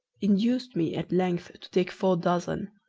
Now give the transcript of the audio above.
induced me at length to take four dozen.